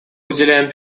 уделяем